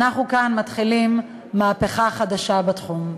אנחנו כאן מתחילים מהפכה חדשה בתחום.